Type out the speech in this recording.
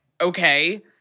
okay